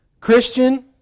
Christian